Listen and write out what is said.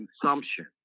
consumption